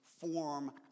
form